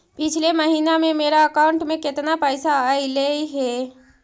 पिछले महिना में मेरा अकाउंट में केतना पैसा अइलेय हे?